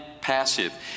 passive